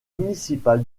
municipal